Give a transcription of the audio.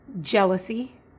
jealousy